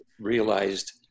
realized